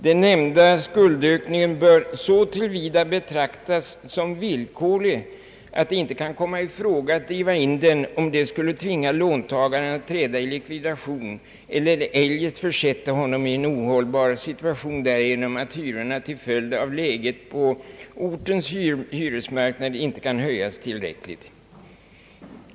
Den nämnda skuldökningen bör så till vida betraktas som villkorlig, att det inte kan komma i fråga att driva in den, om det skulle tvinga låntagaren att träda i likvidation eller eljest försätta honom i en ohållbar situation därigenom att hyrorna till följd av läget på ortens hyresmarknad inte kan höjas tillräckligt.